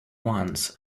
once